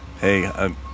hey